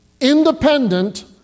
independent